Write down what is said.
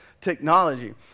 technology